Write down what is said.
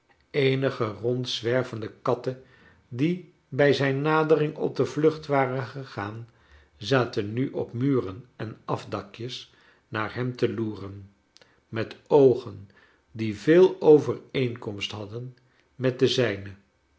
eenige rondzwervende katten die bij zijn nadering op de vlucht waren gegaan zaten nu op muren en afdakjes naar hem te loeren met oogen die veel overeenkomst hadden met de zijne